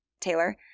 taylor